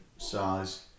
size